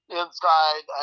inside